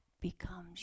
becomes